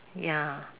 ya